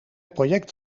project